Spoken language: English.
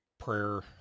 prayer